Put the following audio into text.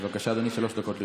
בבקשה, אדוני, שלוש דקות לרשותך.